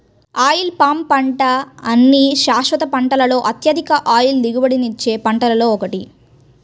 oil palm పంట అన్ని శాశ్వత పంటలలో అత్యధిక ఆయిల్ దిగుబడినిచ్చే పంటలలో ఒకటి